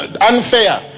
Unfair